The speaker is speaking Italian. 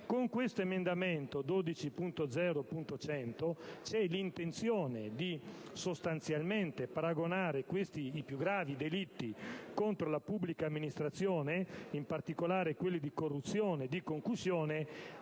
Con questo emendamento si intendono sostanzialmente paragonare i più gravi delitti contro la pubblica amministrazione, in particolare quelli di corruzione e concussione,